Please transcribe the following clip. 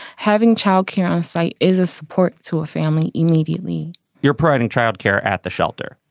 having child care on site is a support to a family immediately you're providing childcare at the shelter,